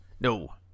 No